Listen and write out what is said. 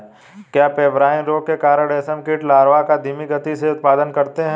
क्या पेब्राइन रोग के कारण रेशम कीट लार्वा का धीमी गति से उत्पादन करते हैं?